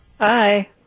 hi